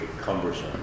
cumbersome